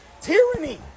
tyranny